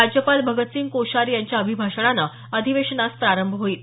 राज्यपाल भगतसिंग कोश्यारी यांच्या अभिभाषणानं अधिवेशनास प्रारंभ होईल